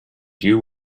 deal